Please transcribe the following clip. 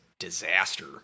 disaster